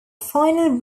final